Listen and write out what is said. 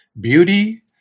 beauty